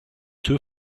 too